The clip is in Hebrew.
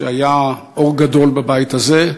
שהיה אור גדול בבית הזה,